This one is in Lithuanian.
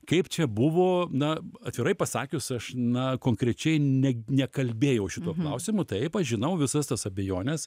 kaip čia buvo na atvirai pasakius aš na konkrečiai ne nekalbėjau šituo klausimu taip aš žinau visas tas abejones